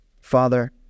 Father